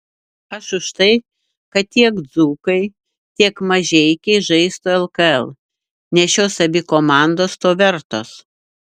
aš už tai kad tiek dzūkai tiek mažeikiai žaistų lkl nes šios abi komandos to vertos